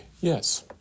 Yes